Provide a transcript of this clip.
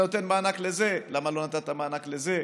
אתה נותן מענק לזה, למה לא נתת מענק לזה,